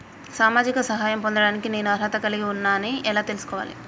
సామాజిక సహాయం పొందడానికి నేను అర్హత కలిగి ఉన్న అని ఎలా తెలుసుకోవాలి?